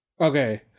Okay